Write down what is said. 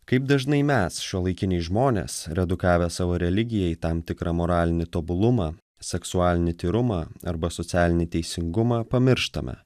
kaip dažnai mes šiuolaikiniai žmonės redukavę savo religijai tam tikrą moralinį tobulumą seksualinį tyrumą arba socialinį teisingumą pamirštame